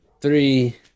three